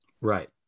Right